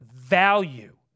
value